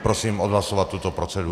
Prosím odhlasovat tuto proceduru.